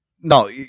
No